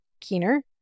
Keener